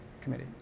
committee